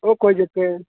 ओह् कोई चक्कर निं